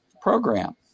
program